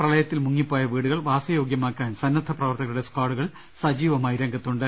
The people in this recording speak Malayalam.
പ്രള യത്തിൽ മുങ്ങിപ്പോയ വീടുകൾ വാസയോഗ്യമാക്കാൻ സന്നദ്ധ പ്രവർത്തകരുടെ സ്കാഡുകൾ സജീവമായി രംഗത്തുണ്ട്